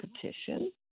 petition